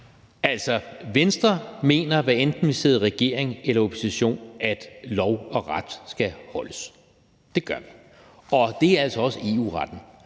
Altså, Venstre mener, hvad enten vi sidder i regering eller i opposition, at lov og ret skal holdes. Det gør vi, og det gælder altså også EU-retten,